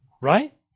Right